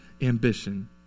Ambition